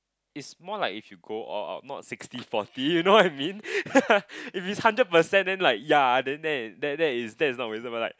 is more like if you go out not sixty forty you know I mean it is hundred percent then like ya then that that that it's not reasonable right